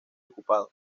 ocupado